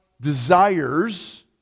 desires